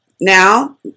Now